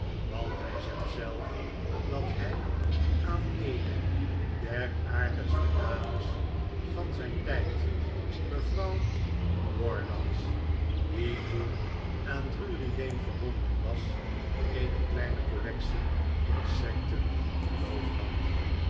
want hij zegt zelf dat hij aan joe's tochtek om vliegen te verzamelen eene der aardigste dames van zijn tijd mevrouw jordans die toen aan drurylane verbonden was eene kleine collectie insecten beloofd had